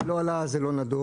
זה לא אלה, זה לא נדון.